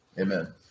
amen